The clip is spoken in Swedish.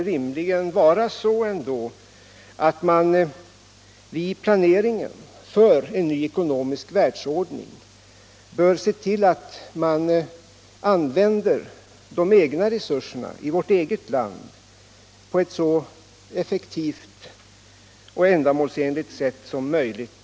Rimligen bör man ändå vid planeringen för en ny ekonomisk" världsordning se till, att man använder de egna resurserna i Sverige på ett så effektivt och ändamålsenligt sätt som möjligt.